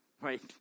right